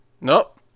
nope